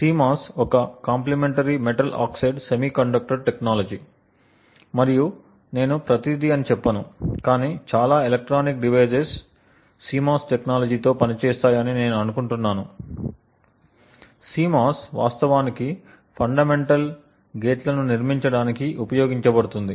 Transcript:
CMOS ఒక complementary metal oxide semiconductor technology మరియు నేను ప్రతిదీ అని చెప్పను కాని చాలా ఎలక్ట్రానిక్ డివైస్ CMOS టెక్నాలజీతో పనిచేస్తాయని నేను అనుకుంటున్నాను CMOS వాస్తవానికి ఫండమెంటల్ గేట్లను నిర్మించడానికి ఉపయోగించబడుతుంది